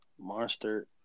Monster